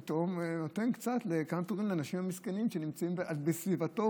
נותן קצת לאנשים המסכנים שנמצאים בסביבתו.